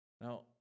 Now